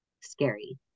scary